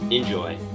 Enjoy